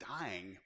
dying